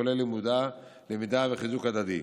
כולל למידה וחיזוק הדדי,